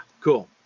cool